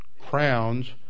crowns